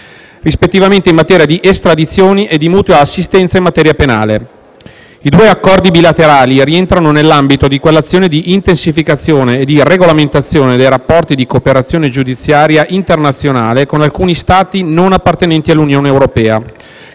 rispettivamente in materia di estradizione e di mutua assistenza in materia penale. I due accordi bilaterali rientrano nell'ambito di quell'azione di intensificazione e di regolamentazione dei rapporti di cooperazione giudiziaria internazionale con alcuni Stati non appartenenti all'Unione europea,